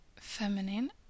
feminine